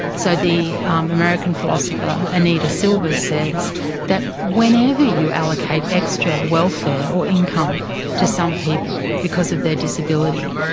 so the um american philosopher anita silvers says that whenever you allocate extra welfare or income to some people because of their disability,